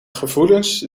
gevoelens